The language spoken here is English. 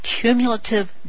cumulative